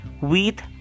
wheat